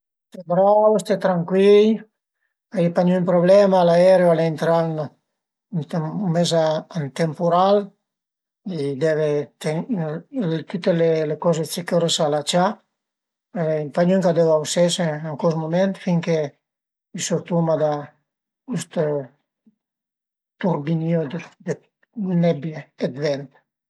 Ste brau, sté trancui-i, a ie pa gnün problema, l'aereo al e intrà ën mes a ün tempural e i deve ten-i tüte le coze dë sicürëssa alacià e pa gnüa a deu ausese ën cust mument fin che i surtuma da cust turbinìo dë nebbie e vent